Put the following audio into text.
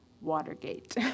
Watergate